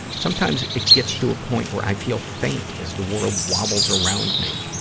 sometimes, it gets to a point where i feel faint, as the world wobbles around me.